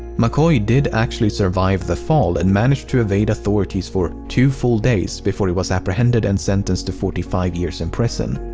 mccoy did actually survive the fall and managed to evade authorities for two full days before he was apprehended and sentenced to forty five years in prison.